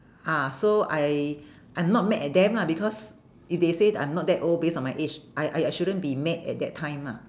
ah so I I'm not mad at them lah because if they say that I'm not that old base on my age I I I shouldn't be mad at that time mah